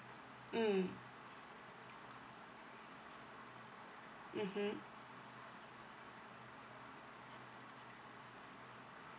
mm mmhmm